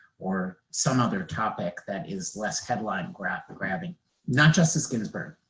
or some other topic that is less headline-grabbing. not justice ginsburg.